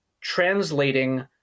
translating